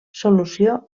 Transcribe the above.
solució